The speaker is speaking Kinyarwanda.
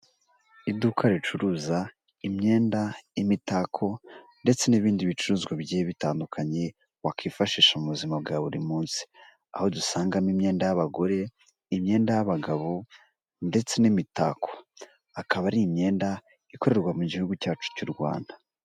Iduka ricuruza imyenda, imitako ndetse n'ibindi bicuruzwa bigiye bitandukanye wakwifashisha mu buzima bwa buri munsi. Aho dusangamo imyenda y'abagore, imyenda y'abagabo ndetse n'imitako. Ikaba ari imyenda ikorerwa mu gihugu cyacu cy'u Rwanda.